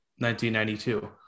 1992